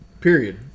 Period